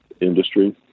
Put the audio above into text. industry